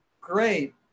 Great